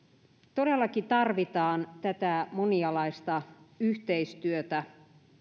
todellakin tarvitaan tätä monialaista yhteistyötä